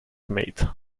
mate